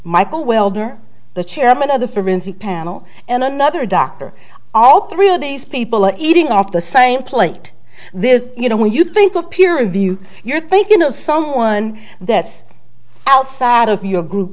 michael welner the chairman of the forensic panel and another doctor all three of these people are eating off the same plate this you know when you think of peer review you're thinking of someone that's outside of your group